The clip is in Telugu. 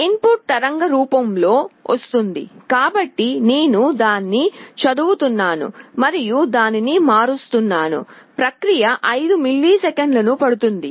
ఇన్ పుట్ తరంగ రూపం లో వస్తోంది కాబట్టి నేను దాన్ని చదువుతున్నాను మరియు దానిని మారుస్తున్నాను ప్రక్రియ 5 మిల్లీసెకన్లు పడుతుంది